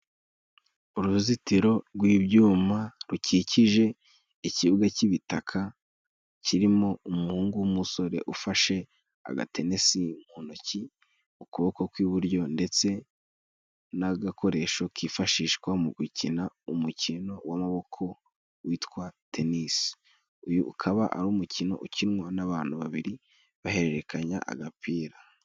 Uruzitiro rw'ibyuma rukikije ikibuga cy'ibitaka, kirimo umuhungu w'umusore ufashe agatenesi mu ntoki, ukuboko kw'iburyo ndetse n'agakoresho kifashishwa mu gukina umukino w'amaboko, witwa tennis. Uyu ukaba ari umukino ukinwa n'abantu babiri bahererekanya agapira.